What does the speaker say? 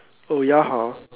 oh ya hor